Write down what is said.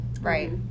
Right